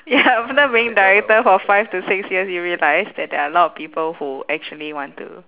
ya after being director for five to six years you realise that there are a lot of people who actually want to